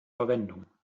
verwendung